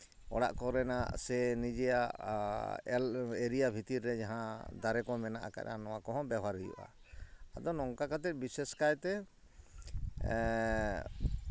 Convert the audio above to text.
ᱚᱲᱟᱜ ᱠᱚᱨᱮᱱᱟᱜ ᱥᱮ ᱱᱤᱡᱮᱭᱟᱜ ᱮᱞ ᱮᱨᱤᱭᱟ ᱵᱷᱤᱛᱤᱨ ᱨᱮ ᱡᱟᱦᱟᱸ ᱫᱟᱨᱮ ᱠᱚ ᱢᱮᱱᱟᱜ ᱟᱠᱟᱫᱼᱟ ᱱᱚᱣᱟ ᱠᱚᱦᱚᱸ ᱵᱮᱣᱦᱟᱨ ᱦᱩᱭᱩᱜᱼᱟ ᱟᱫᱚ ᱱᱚᱝᱠᱟ ᱠᱟᱛᱮ ᱵᱤᱥᱮᱥ ᱠᱟᱭᱛᱮ